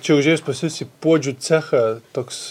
čia užėjus pas jus į puodžių cechą toks